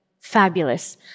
Fabulous